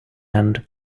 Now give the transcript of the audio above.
end